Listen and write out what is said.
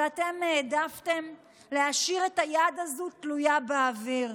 אבל אתם העדפתם להשאיר את היד הזו תלויה באוויר.